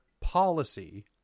policy